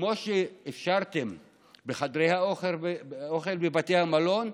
כמו שאפשרתם בחדרי האוכל בבתי המלון,